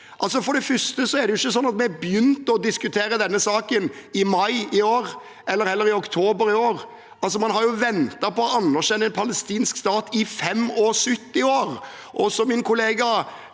For det første begynte vi ikke å diskutere denne saken i mai i år eller i oktober i år. Man har jo ventet på å anerkjenne en palestinsk stat i 75 år.